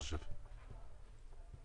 ונכנס לישראל נרשם ברישיון הרכב כרכב חדש.